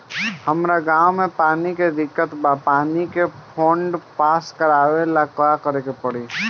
हमरा गॉव मे पानी के दिक्कत बा पानी के फोन्ड पास करेला का करे के पड़ी?